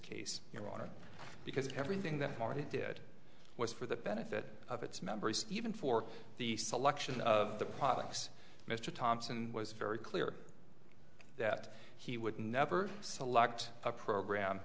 case your honor because everything that marty did was for the benefit of its members even for the selection of the products mr thompson was very clear that he would never select a program